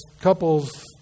couples